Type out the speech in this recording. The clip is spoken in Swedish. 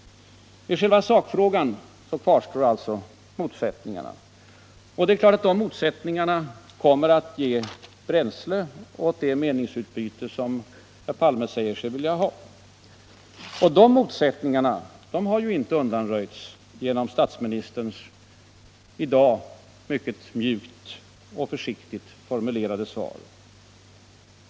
I själva sakfrågan kvarstår motsättningarna, och det är klart att de motsättningarna kommer att ge bränsle åt det meningsutbyte som herr Palme säger sig vilja ha. Dessa motsättningar har ju ingalunda undanröjts genom statsministerns i dag mycket mjukt och försiktigt formulerade svar.